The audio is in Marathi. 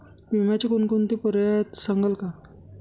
विम्याचे कोणकोणते पर्याय आहेत सांगाल का?